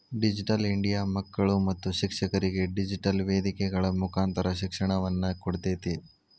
digital India ಮಕ್ಕಳು ಮತ್ತು ಶಿಕ್ಷಕರಿಗೆ ಡಿಜಿಟೆಲ್ ವೇದಿಕೆಗಳ ಮುಕಾಂತರ ಶಿಕ್ಷಣವನ್ನ ಕೊಡ್ತೇತಿ